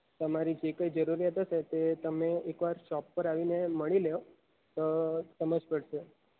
તમારી જે કોઈ જરૂરિયાતો છે તે તમે એકવાર શોપ પર આવીને મળી લ્યો તો સમજ પડશે